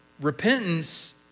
repentance